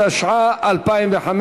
התשע"ה 2015,